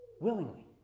Willingly